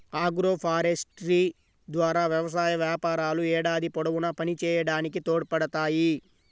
agroforestry ద్వారా వ్యవసాయ వ్యాపారాలు ఏడాది పొడవునా పనిచేయడానికి తోడ్పడతాయి